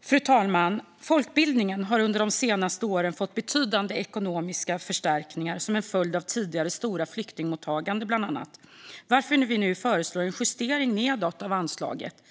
Fru talman! Folkbildningen har under de senaste åren fått betydande ekonomiska förstärkningar som en följd av det tidigare stora flyktingmottagandet, bland annat, varför vi nu föreslår en justering nedåt av anslaget.